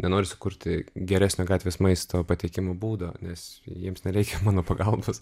nenoriu sukurti geresnio gatvės maisto pateikimo būdo nes jiems nereikia mano pagalbos